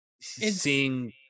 seeing